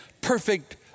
perfect